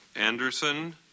Anderson